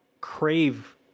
crave